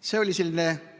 see oli selline